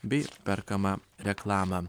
bei perkamą reklamą